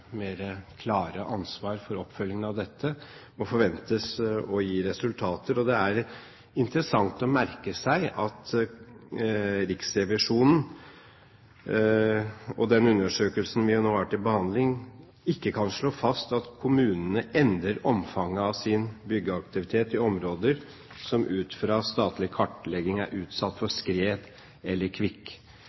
mer klare ansvar for oppfølgingen av dette, må forventes å gi resultater. Det er interessant å merke seg at Riksrevisjonen og den undersøkelsen vi nå har til behandling, ikke kan slå fast at kommunene endrer omfanget av sin byggeaktivitet i områder som ut fra statlig kartlegging er utsatt for skred eller